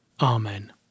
Amen